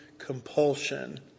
compulsion